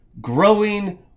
growing